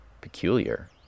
peculiar